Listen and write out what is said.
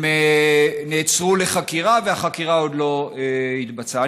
הם נעצרו לחקירה, והחקירה עוד לא התבצעה.